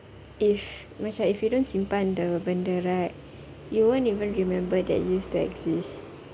if macam if you don't simpan the benda right you won't even remember that it used to exist